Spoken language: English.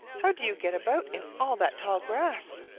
how do you get about in all that tall grass?